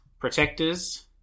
Protectors